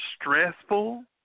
stressful